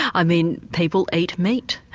i mean people eat meat,